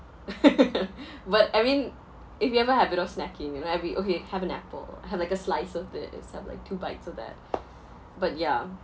but I mean if you have a habit of snacking you know every okay have an apple have like a slice of it and stuff like two bites of that but ya